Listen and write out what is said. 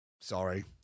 sorry